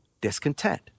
discontent